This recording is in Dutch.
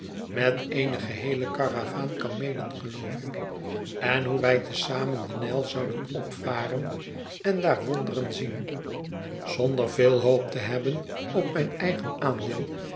met eene geheele karavaan kameelen geloof ik en hoe wij te zamen den nijl zouden opvaren en daar wonderen zien zonder veel hoop te hebben op mijn eigen aandeel